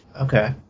Okay